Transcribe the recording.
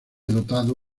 dotado